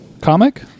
Comic